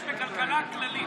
יש בכלכלה כללים: